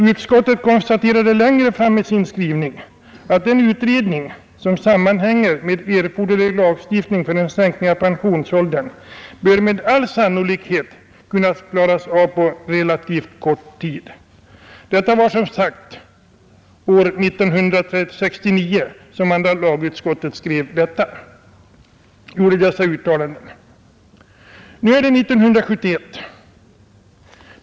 ” Utskottet konstaterade längre fram i sin skrivning att den utredning, som sammanhänger med erforderlig lagstiftning för en sänkning av pensionsåldern, bör med all sannolikhet kunna klaras av på relativt kort tid. Det var som sagt år 1969 som andra lagutskottet gjorde dessa uttalanden. Nu är det 1971.